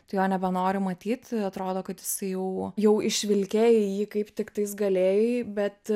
tu jo nebenori matyt atrodo kad jis jau jau išvilkėjei jį kaip tiktais galėjai bet